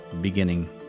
beginning